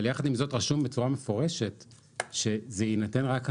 אבל יחד עם זאת רשום בצורה מפורשת שזה יינתן רק על